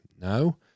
No